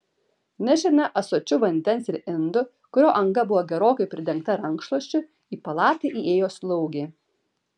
nešina ąsočiu vandens ir indu kurio anga buvo gerokai pridengta rankšluosčiu į palatą įėjo slaugė